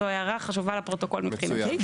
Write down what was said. זו הערה חשובה לפרוטוקול מבחינתי.